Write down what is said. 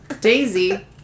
Daisy